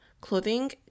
clothing